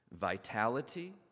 Vitality